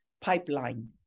pipeline